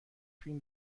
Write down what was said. فیلم